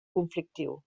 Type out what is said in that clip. conflictiu